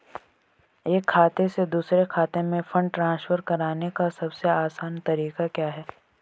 एक खाते से दूसरे खाते में फंड ट्रांसफर करने का सबसे आसान तरीका क्या है?